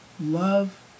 love